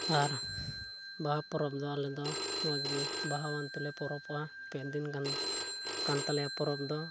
ᱟᱨ ᱵᱟᱦᱟ ᱯᱚᱨᱚᱵᱽ ᱫᱚ ᱟᱞᱮ ᱫᱚ ᱢᱚᱡᱽ ᱜᱮ ᱵᱟᱦᱟᱣᱟᱱ ᱛᱮᱞᱮ ᱯᱚᱨᱚᱵᱚᱽᱵᱚᱜᱼᱟ ᱯᱮ ᱫᱤᱱ ᱜᱟᱱ ᱠᱟᱱ ᱛᱟᱞᱮᱭᱟ ᱯᱚᱨᱚᱵᱽ ᱫᱚ